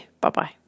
Bye-bye